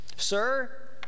Sir